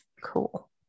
Cool